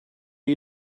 you